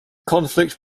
conflict